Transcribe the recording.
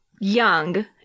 young